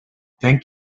thank